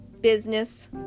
business